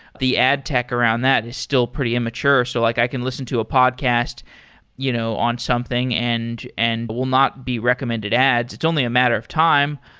the ad tech around that is still pretty immature. so like i can listen to a podcast you know on something but and and will not be recommended ads. it's only a matter of time,